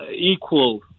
Equal